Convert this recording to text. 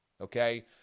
Okay